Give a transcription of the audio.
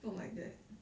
don't like that